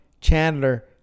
Chandler